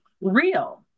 real